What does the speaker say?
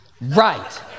Right